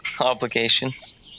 obligations